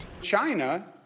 China